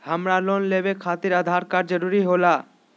हमरा लोन लेवे खातिर आधार कार्ड जरूरी होला?